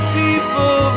people